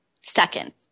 second